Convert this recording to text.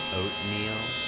oatmeal